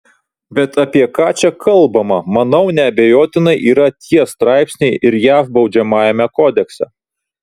bet apie ką čia kalbama manau neabejotinai yra tie straipsniai ir jav baudžiamajame kodekse